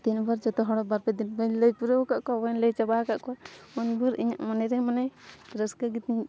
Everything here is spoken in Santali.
ᱛᱤᱱ ᱵᱷᱳᱨ ᱡᱷᱚᱛᱚ ᱦᱚᱲ ᱵᱟᱨᱯᱮ ᱫᱤᱱ ᱵᱟᱹᱧ ᱞᱟᱹᱭ ᱯᱩᱨᱟᱹᱣ ᱠᱟᱫ ᱠᱚᱣᱟ ᱵᱟᱹᱧ ᱞᱟᱹᱭ ᱪᱟᱵᱟ ᱟᱠᱟᱫ ᱠᱚᱣᱟ ᱩᱱᱵᱷᱳᱨ ᱤᱧᱟᱹᱜ ᱢᱚᱱᱮ ᱨᱮ ᱢᱟᱱᱮ ᱨᱟᱹᱥᱠᱟᱹᱜᱮ ᱛᱤᱧ